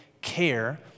care